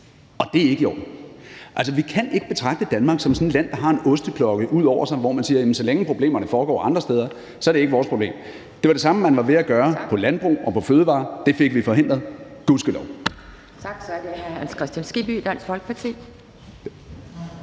og det er ikke i orden. Vi kan ikke betragte Danmark som sådan et land, der bor i en osteklokke, hvor man siger: Så længe det foregår andre steder, er det ikke vores problem. Det var det samme, man var ved at gøre på landbrugsområdet og på fødevareområdet. Det fik vi gudskelov